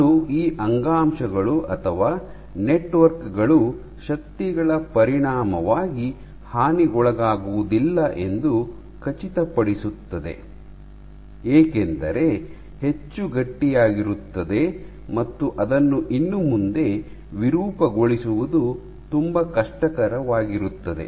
ಅದು ಈ ಅಂಗಾಂಶಗಳು ಅಥವಾ ನೆಟ್ವರ್ಕ್ ಗಳು ಶಕ್ತಿಗಳ ಪರಿಣಾಮವಾಗಿ ಹಾನಿಗೊಳಗಾಗುವುದಿಲ್ಲ ಎಂದು ಖಚಿತಪಡಿಸುತ್ತದೆ ಏಕೆಂದರೆ ಹೆಚ್ಚು ಗಟ್ಟಿಯಾಗಿರುತ್ತದೆ ಮತ್ತು ಅದನ್ನು ಇನ್ನು ಮುಂದೆ ವಿರೂಪಗೊಳಿಸುವುದು ತುಂಬಾ ಕಷ್ಟಕರವಾಗಿರುತ್ತದೆ